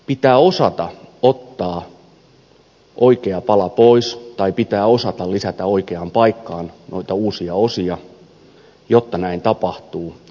pitää osata ottaa oikea pala pois tai pitää osata lisätä oikeaan paikkaan uusia osia jotta näin tapahtuu